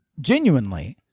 genuinely